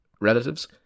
relatives